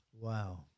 Wow